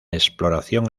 exploración